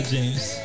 James